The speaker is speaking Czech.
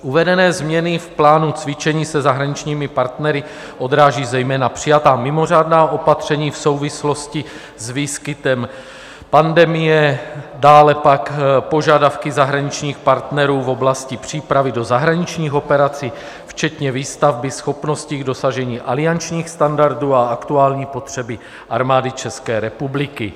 Uvedené změny v plánu cvičení se zahraničními partnery odráží zejména přijatá mimořádná opatření v souvislosti s výskytem pandemie, dále pak požadavky zahraničních partnerů v oblasti přípravy do zahraničních operací včetně výstavby schopnosti k dosažení aliančních standardů a aktuální potřeby Armády České republiky.